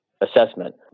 assessment